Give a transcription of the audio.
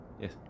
Yes